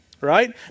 Right